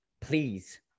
please